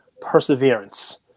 perseverance